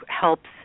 helps